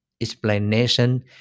explanation